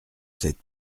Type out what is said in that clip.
sept